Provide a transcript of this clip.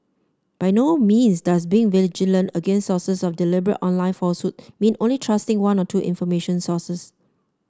by no means does being vigilant against sources of deliberate online falsehood mean only trusting one or two information sources